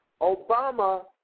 Obama